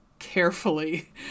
carefully